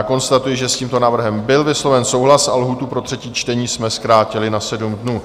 Konstatuji, že s tímto návrhem byl vysloven souhlas a lhůtu pro třetí čtení jsme zkrátili na 7 dnů.